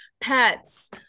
pets